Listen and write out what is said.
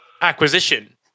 Acquisition